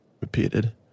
repeated